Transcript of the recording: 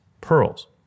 pearls